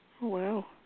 Wow